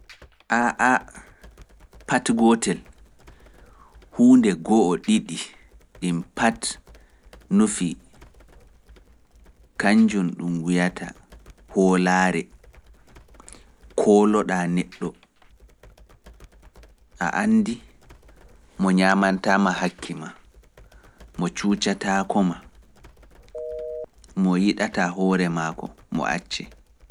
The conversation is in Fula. A a pat gootel huunde go'o ɗiɗi ɗin pat nufi, kañjum ɗum wiyata hoolaare. kooloɗaa neɗɗo, a anndi mo ñaamantaama hakke maa. Mo cuucataako maa, mo yiɗataa hoore maako, mo accee.